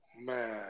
Man